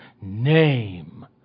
name